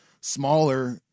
smaller